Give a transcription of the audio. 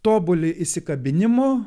tobuli įsikabinimo